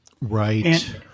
Right